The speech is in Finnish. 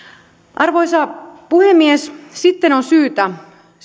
arvoisa puhemies sitten on syytä